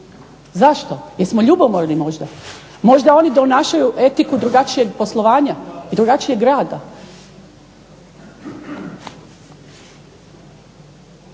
Zašto? Jesmo ljubomorni možda, možda oni donašaju etiku drugačijeg poslovanja i drugačijeg grada.